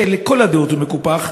שלכל הדעות הוא מקופח.